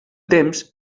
temps